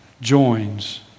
joins